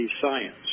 science